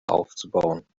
aufzubauen